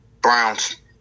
Browns